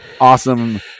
awesome